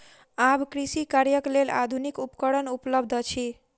आब कृषि कार्यक लेल आधुनिक उपकरण उपलब्ध अछि